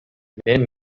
мен